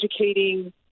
educating